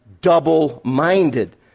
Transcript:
double-minded